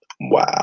Wow